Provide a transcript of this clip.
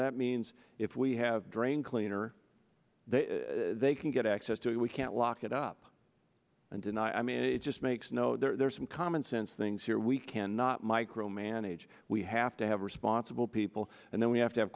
that means if we have drain cleaner that they can get access to it we can't lock it up and then i mean it just makes no there's some commonsense things here we cannot micromanage we have to have responsible people and then we have to have